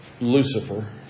Lucifer